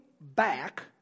back